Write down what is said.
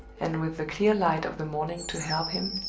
and with the clear light of the morning to help him,